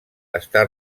està